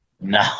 No